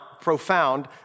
profound